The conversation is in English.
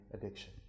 addiction